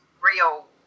real